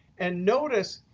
and notice,